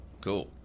Cool